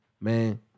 Man